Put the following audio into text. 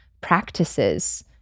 practices